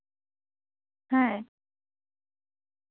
ᱦᱮᱸ